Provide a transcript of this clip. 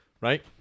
Right